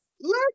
Look